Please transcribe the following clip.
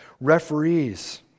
referees